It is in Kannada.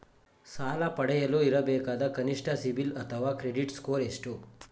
ಸಾಲ ಪಡೆಯಲು ಇರಬೇಕಾದ ಕನಿಷ್ಠ ಸಿಬಿಲ್ ಅಥವಾ ಕ್ರೆಡಿಟ್ ಸ್ಕೋರ್ ಎಷ್ಟು?